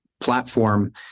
platform